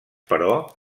però